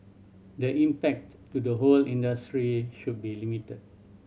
the impact to the whole industry should be limited